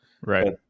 Right